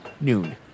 Noon